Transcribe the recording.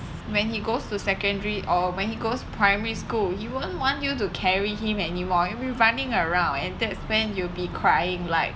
when he goes to secondary or when he goes primary school he won't want you to carry him anymore and he running around and that's when you'll be crying like